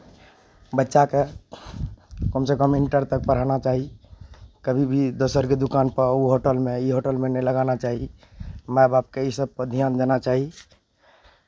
बच्चाकेँ कमसँ कम इन्टर तक पढ़ाना चाही कभी भी दोसरके दोकानपर ओ होटलमे ई होटलमे नहि लगाना चाही माय बापके इसभपर ध्यान देना चाही